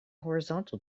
horizontal